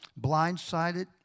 blindsided